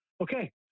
Okay